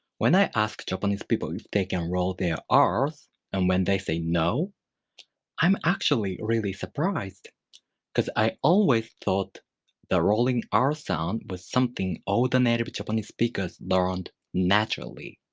when i ask japanese people if they can roll their r's and when they say no i'm actually really surprised because i always thought the rolling r sound was something all the native but japanese speakers learned naturally.